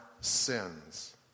sins